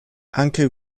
anche